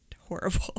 horrible